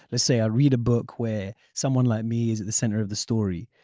let's say i read a book where someone like me is at the centre of the story.